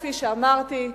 כפי שאמרתי,